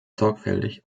sorgfältig